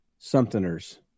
somethingers